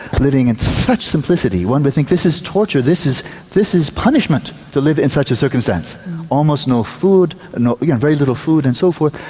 living in such simplicity, one would think this is torture, this is this is punishment to live in such a circumstance almost no food, very little food and so forth,